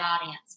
audience